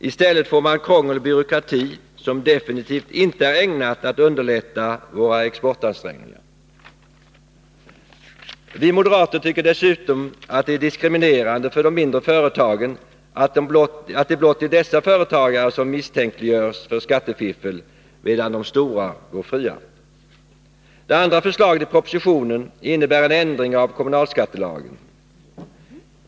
I stället får man krångel och byråkrati som definitivt inte är ägnat att underlätta våra exportansträngningar. Vi moderater tycker dessutom att det är diskriminerande för de mindre företagen att det blott är dessa företagare som misstänkliggörs för skattefiffel, medan de stora går fria. Det andra förslaget i propositionen innebär en ändring av kommunalskattelagen.